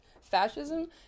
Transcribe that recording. fascism